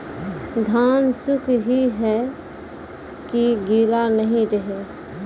धान सुख ही है की गीला नहीं रहे?